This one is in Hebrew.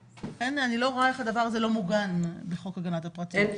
אני לא רואה איך הדבר הזה לא מוגן בחוק הגנת הפרטיות,